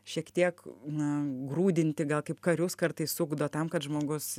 šiek tiek na grūdinti gal kaip karius kartais ugdo tam kad žmogus